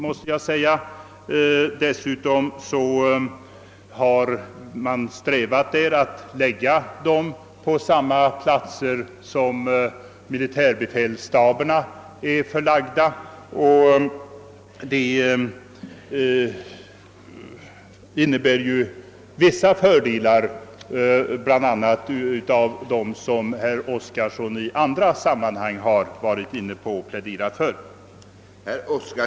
Man har eftersträvat att förlägga kontoren till samma platser där militärbefälsstaberna är förlagda, vilket innebär vissa fördelar, bl.a. sådana som herr Oskarson i andra sammanhang varit inne på och pläderat för.